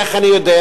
איך אני יודע?